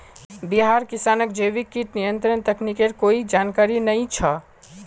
बिहारी किसानक जैविक कीट नियंत्रण तकनीकेर कोई जानकारी नइ छ